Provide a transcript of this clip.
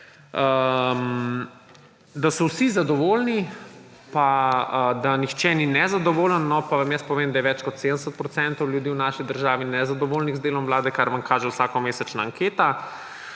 nihče ni nezadovoljen. Pa vam jaz povem, da je več kot 70 % ljudi v naši državi nezadovoljnih z delom vlade, kar vam kaže vsakomesečna anketa.